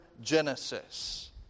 genesis